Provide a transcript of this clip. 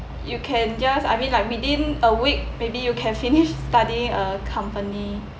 you can just I mean like within a week maybe you can finish studying a company